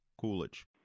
Coolidge